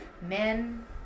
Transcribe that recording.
men